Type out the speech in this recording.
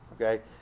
okay